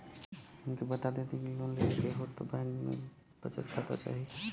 हमके बता देती की लोन लेवे के हव त बैंक में बचत खाता चाही?